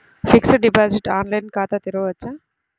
Fixed deposit online ఖాతా తెరువవచ్చా?